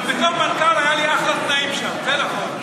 אבל בתור מנכ"ל היו לי אחלה תנאים שם, זה נכון.